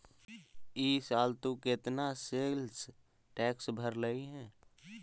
ई साल तु केतना सेल्स टैक्स भरलहिं हे